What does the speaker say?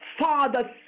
Father